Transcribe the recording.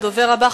הדובר הבא,